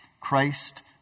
Christ